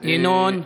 ינון,